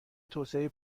توسعه